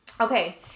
Okay